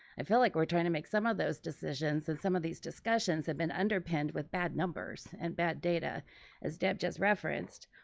i feel like we're trying to make some of those decisions. and some of these discussions have been underpinned with bad numbers and bad data as deb just referenced.